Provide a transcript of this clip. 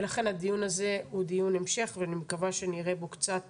ולכן הדיון הזה הוא דיון המשך ואני מקווה שנראה בו קצת